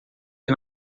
que